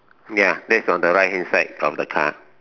ya that's on the right hand side of the car